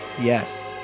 Yes